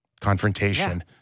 Confrontation